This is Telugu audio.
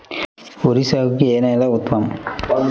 వరి సాగుకు ఏ నేల ఉత్తమం?